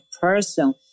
person